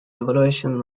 evaluations